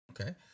Okay